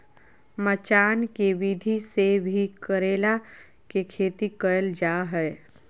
मचान के विधि से भी करेला के खेती कैल जा हय